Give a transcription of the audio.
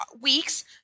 week's